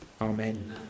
Amen